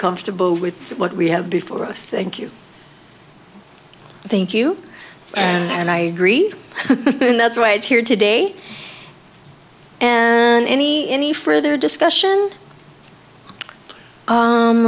comfortable with what we have before us thank you thank you and i agree and that's why it's here today and any any further discussion